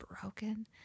broken